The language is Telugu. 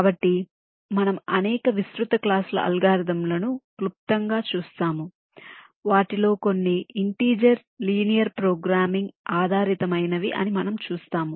కాబట్టి మనము అనేక విస్తృత క్లాసుల అల్గోరిథంలను క్లుప్తంగా చూస్తాము వాటిలో కొన్ని ఇంటిజెర్ లీనియర్ ప్రోగ్రామింగ్ ఆధారితమైనవి అని మనం చూస్తాము